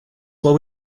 while